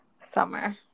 Summer